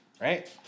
right